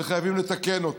וחייבים לתקן אותו.